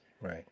Right